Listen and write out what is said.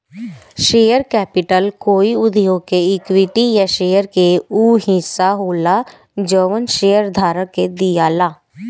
share capital कोई उद्योग के इक्विटी या शेयर के उ हिस्सा होला जवन शेयरधारक के दियाला